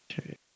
Okay